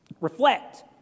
reflect